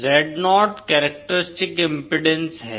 Zo characteristic impedance है